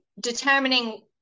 determining